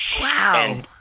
Wow